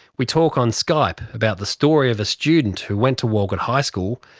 we talk on skype about the story of a student who went to walgett high school,